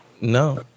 no